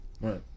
Right